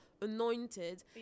anointed